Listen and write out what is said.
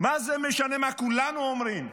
מה זה משנה מה כולנו אומרים,